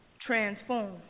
transform